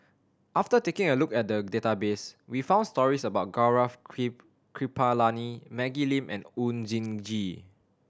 after taking a look at the database we found stories about Gaurav Kripalani Maggie Lim and Oon Jin Gee